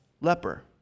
leper